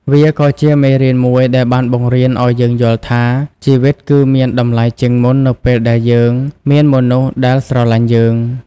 វាក៏ជាមេរៀនមួយដែលបានបង្រៀនឱ្យយើងយល់ថា ជីវិតគឺមានតម្លៃជាងមុននៅពេលដែលយើងមានមនុស្សដែលស្រលាញ់យើង។